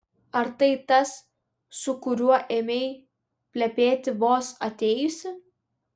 ar tai tas su kuriuo ėmei plepėti vos atėjusi